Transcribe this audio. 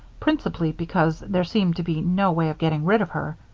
principally because there seemed to be no way of getting rid of her.